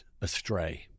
astray